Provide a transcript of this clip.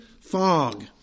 fog